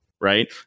Right